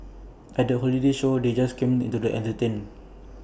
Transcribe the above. at the holiday show they just came into the entertained